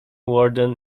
warden